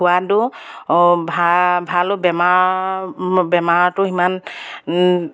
সোৱাদো ভালো বেমাৰ বেমাৰটো সিমান